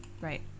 Right